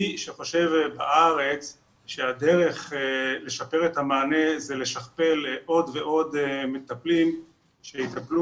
מי שחושב בארץ שהדרך לשפר את המענה זה לשכפל עוד ועוד מטפלים שיטפלו